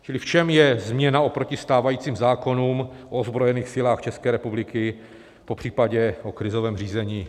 Čili v čem je změna oproti stávajícím zákonům o ozbrojených silách České republiky, popřípadě o krizovém řízení?